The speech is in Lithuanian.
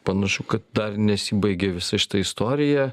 panašu kad dar nesibaigė visa šita istorija